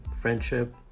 friendship